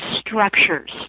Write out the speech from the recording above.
structures